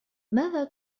ماذا